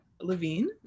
Levine